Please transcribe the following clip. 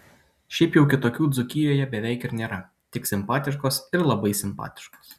šiaip jau kitokių dzūkijoje beveik ir nėra tik simpatiškos ir labai simpatiškos